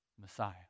Messiah